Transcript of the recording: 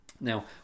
now